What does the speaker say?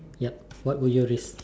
yup what will you risk